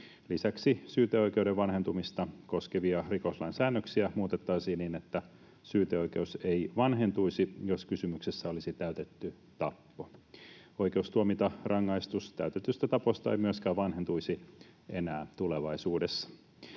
Lisäksi syyteoikeuden vanhentumista koskevia rikoslain säännöksiä muutettaisiin niin, että syyteoikeus ei vanhentuisi, jos kysymyksessä olisi täytetty tappo. Oikeus tuomita rangaistus täytetystä taposta ei myöskään vanhentuisi enää tulevaisuudessa.